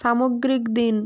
সামগ্রিক দিন